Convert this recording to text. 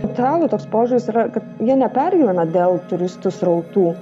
atsirado toks požiūris yra kad jie nepergyvena dėl turistų srautų